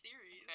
series